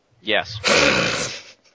Yes